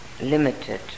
limited